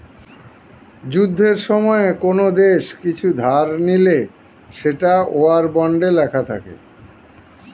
যুদ্ধের সময়ে কোন দেশ কিছু ধার নিলে সেটা ওয়ার বন্ডে লেখা থাকে